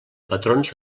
patrons